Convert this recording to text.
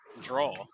draw